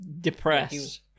depressed